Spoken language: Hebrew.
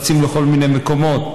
רצים לכל מיני מקומות.